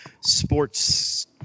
sports